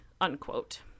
unquote